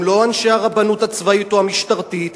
הם לא אנשי הרבנות הצבאית או המשטרתית,